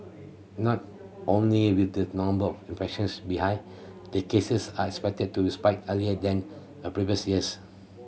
not only with the number of infections be high the cases are expected to spike earlier than a previous years